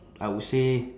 I would say